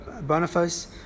Boniface